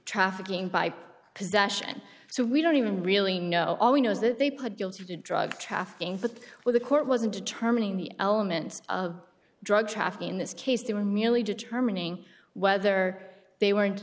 trafficking by because dashon so we don't even really know all we know is that they put guilty to drug trafficking but where the court wasn't determining the element of drug trafficking in this case they were merely determining whether they weren't